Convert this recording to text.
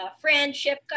Friendship